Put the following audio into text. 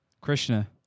Krishna